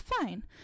fine